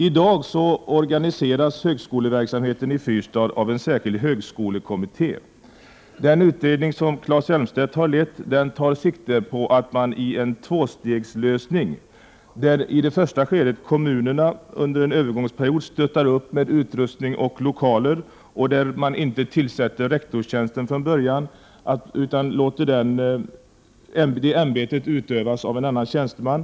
I dag organiseras högskoleverksamheten i Fyrstad av en särskild högskolekommitté. I den utredning som Claes Elmstedt har lett tar man sikte på en tvåstegslösning. I det första skedet skall kommunerna under en övergångsperiod stötta med utrustning och lokaler. Rektorstjänsten skall inte tillsättas från början, utan det ämbetet skall utövas av en annan tjänsteman.